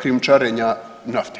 krijumčarenja nafte.